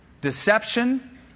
Deception